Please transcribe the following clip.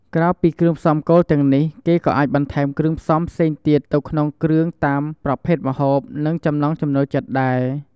ក្រៅពីគ្រឿងផ្សំគោលទាំងនេះ គេក៏អាចបន្ថែមគ្រឿងផ្សំផ្សេងទៀតទៅក្នុងគ្រឿងតាមប្រភេទម្ហូប និងចំណង់ចំណូលចិត្តដែរ។